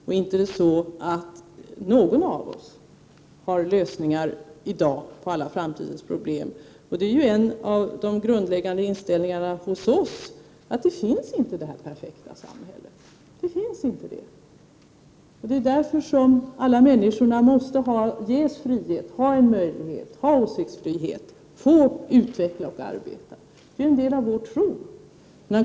Inte är det så att någon av oss har lösningar i dag på alla framtidens problem. Det är ju en av de grundläggande inställningarna hos oss moderater, att det perfekta samhället inte existerar. Det är därför som alla människor måste ges frihet, ha åsiktsfrihet och få utvecklas och arbeta. Det är en del av vår tro.